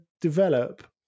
develop